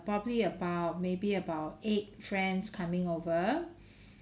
probably about maybe about eight friends coming over